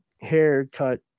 haircut